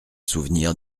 souvenir